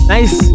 Nice